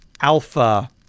Alpha